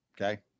Okay